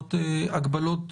שיורדות הגבלות.